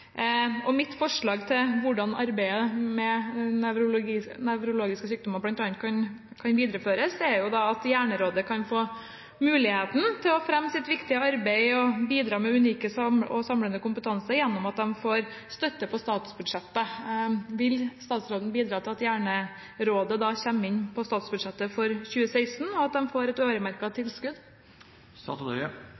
Mitt forslag til hvordan arbeidet med nevrologiske sykdommer kan videreføres, er at Hjernerådet kan få muligheten til å fremme sitt viktige arbeid og bidra med unik og samlende kompetanse gjennom at de får støtte via statsbudsjettet. Vil statsråden bidra til at Hjernerådet kommer inn på statsbudsjettet for 2016, og at de får et øremerket tilskudd?